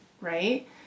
right